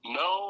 no